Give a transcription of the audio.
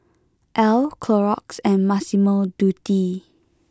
Elle Clorox and Massimo Dutti